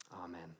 Amen